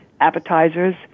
appetizers